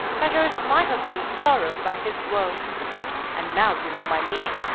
measures my husband's sorrow by his woe and now you know my meaning.